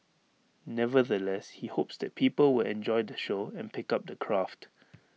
nevertheless he hopes that people will enjoy the show and pick up the craft